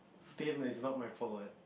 is not my fault what